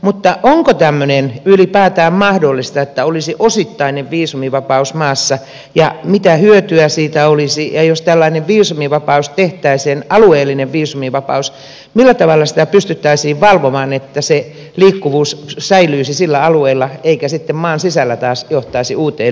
mutta onko tämmöinen ylipäätään mahdollista että olisi osittainen viisumivapaus maassa ja mitä hyötyä siitä olisi ja jos tällainen viisumivapaus tehtäisiin alueellinen viisumivapaus millä tavalla sitä pystyttäisiin valvomaan että se liikkuvuus säilyisi sillä alueella eikä sitten maan sisällä taas johtaisi uuteen liikkuvuuteen